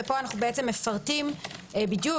ופה אנו מפרטים בדיוק,